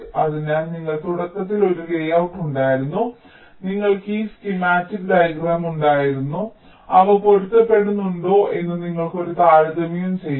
അതിനാൽ നിങ്ങൾക്ക് തുടക്കത്തിൽ ഒരു ലേഔട്ട് ഉണ്ടായിരുന്നു നിങ്ങൾക്ക് ഈ സ്കീമാറ്റിക് ഡയഗ്രം ഉണ്ടായിരുന്നു അവ പൊരുത്തപ്പെടുന്നുണ്ടോ എന്ന് നിങ്ങൾക്ക് ഒരു താരതമ്യം ചെയ്യാം